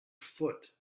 foot